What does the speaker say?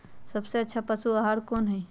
सबसे अच्छा पशु आहार कोन हई?